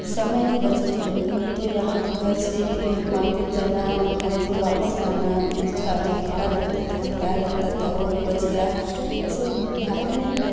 समय की बचत होने लगी नहीं तो यहाँ घर से फिर मार्केट जाना वहाँ से वापस आना इसका जो भाड़ा लगता था किराए लगता था वो भी बच गया भारत में